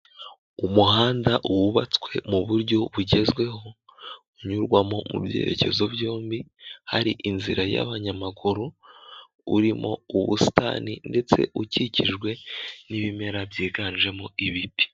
Umuhanda wubatswe mu buryo bugezweho, unyurwamo mu byerekezo byombi, hari inzira y'abanyamaguru, urimo ubusitani ndetse ukikijwe n'ibimera byiganjemo ibiti.